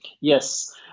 Yes